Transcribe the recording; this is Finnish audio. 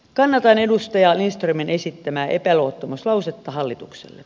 kannatan edustaja lindströmin esittämää epäluottamuslausetta hallitukselle